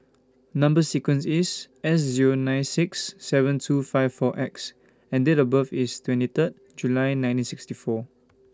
Number sequence IS S Zero nine six seven two five four X and Date of birth IS twenty Third July nineteen sixty four